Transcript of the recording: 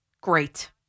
Great